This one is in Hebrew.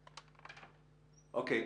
תפתחי,